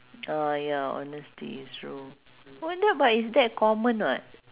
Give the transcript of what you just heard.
oh ya honesty it's true wonder but is that common [what]